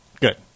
Good